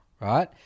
Right